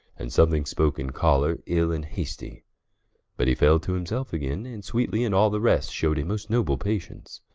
and somthing spoke in choller, ill, and hasty but he fell to himselfe againe, and sweetly, in all the rest shew'd a most noble patience